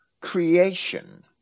creation